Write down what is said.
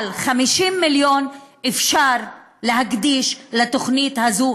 אבל 50 מיליון אפשר להקדיש לתוכנית הזאת,